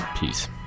Peace